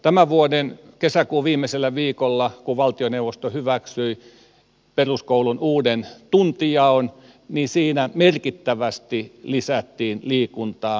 tämän vuoden kesäkuun viimeisellä viikolla kun valtioneuvosto hyväksyi peruskoulun uuden tuntijaon siinä merkittävästi lisättiin liikuntaa